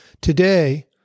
Today